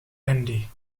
andy